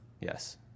Yes